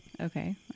Okay